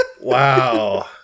Wow